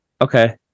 okay